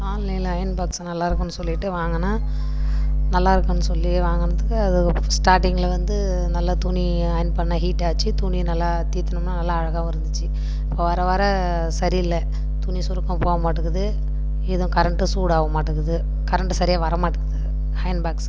ஆன்லைன்ல iron box நல்லா இருக்குதுனு சொல்லிட்டு வாங்குனேன் நல்லா இருக்குனு சொல்லி வாங்கினதுக்கு அது ஸ்டாட்டிங்கில் வந்து நல்ல துணியை அயன் பண்ண ஹீட் ஆச்சு துணி நல்லா தீத்துனம்னால் நல்லா அழகாகவும் இருந்துச்சு இப்போ வர வர சரி இல்லை துணி சுருக்கம் போக மாட்டுக்குது இதுவும் கரண்டும் சூடாக மாட்டேக்குது கரண்ட் சரியாக வர மாட்டேக்குது அயன் பாக்ஸுக்கு